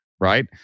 right